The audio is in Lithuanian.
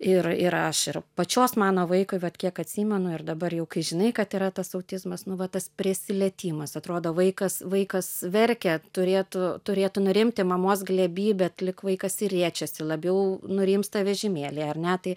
ir ir aš ir pačios mano vaikui vat kiek atsimenu ir dabar jau kai žinai kad yra tas autizmas nu va tas prisilietimas atrodo vaikas vaikas verkia turėtų turėtų nurimti mamos glėby bet lyg vaikas ir riečiasi labiau nurimsta vežimėly ar ne tai